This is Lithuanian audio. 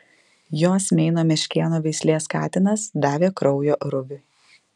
jos meino meškėno veislės katinas davė kraujo rubiui